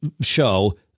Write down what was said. show –